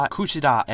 Kushida